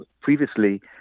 previously